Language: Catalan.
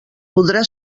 podrà